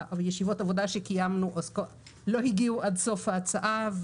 ישיבות העבודה שקיימנו לא הגיעו עד סוף ההצעה,